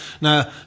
Now